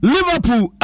Liverpool